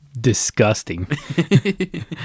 disgusting